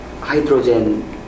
hydrogen